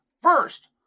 first